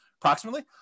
Approximately